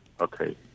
Okay